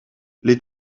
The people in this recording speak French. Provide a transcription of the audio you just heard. les